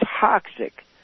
toxic